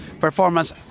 performance